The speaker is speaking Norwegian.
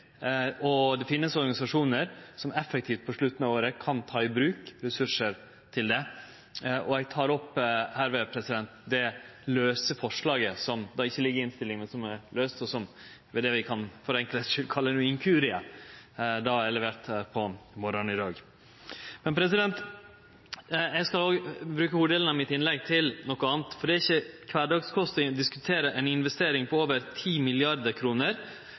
og det finst organisasjonar som effektivt, på slutten av året, kan ta i bruk ressursar til det. Eg tek hermed opp det lause forslaget, som ikkje ligg i innstillinga, og som ein for enkelheits skuld vel kan kalle ein inkurie, sidan eg leverte det inn på morgonen i dag. Eg skal bruke hovuddelen av innlegget mitt til noko anna, for det er ikkje kvardagskost å diskutere ei investering på over